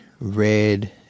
red